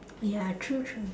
ya true true